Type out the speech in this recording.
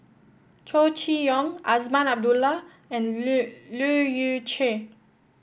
Chow Chee Yong Azman Abdullah and Leu Yew Chye